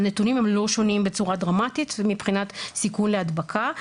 הנתונים הם לא שונים בצורה דרמתית מבחינת סיכון להדבקה.